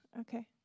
Okay